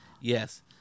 yes